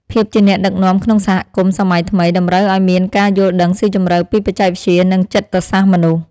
ភាពជាអ្នកដឹកនាំក្នុងសហគមន៍សម័យថ្មីតម្រូវឱ្យមានការយល់ដឹងស៊ីជម្រៅពីបច្ចេកវិទ្យានិងចិត្តសាស្ត្រមនុស្ស។